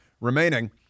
remaining